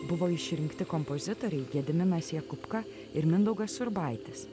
buvo išrinkti kompozitoriai gediminas jakubka ir mindaugas urbaitis